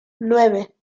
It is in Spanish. nueve